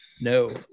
No